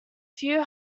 few